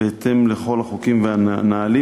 בהתאם לכל החוקים והנהלים,